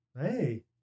Hey